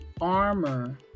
armor